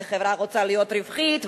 וחברה רוצה להיות רווחית,